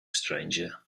stranger